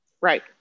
Right